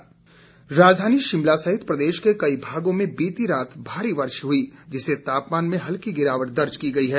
मौसम राजधानी शिमला सहित प्रदेश के कई भागों में बीती रात भारी वर्षा हुई है जिससे तापमान में हल्की गिरावट दर्ज की गई है